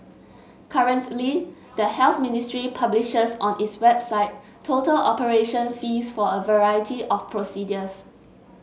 currently the Health Ministry publishes on its website total operation fees for a variety of procedures